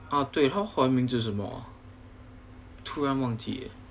她华文名字是什么突然忘记呃